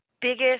biggest